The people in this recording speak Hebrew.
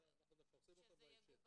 אנחנו נפרסם אותם בהמשך.